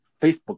Facebook